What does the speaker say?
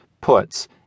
puts